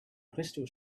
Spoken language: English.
crystal